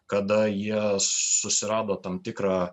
kada jie susirado tam tikrą